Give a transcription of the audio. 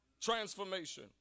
Transformation